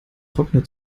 trockene